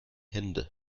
hände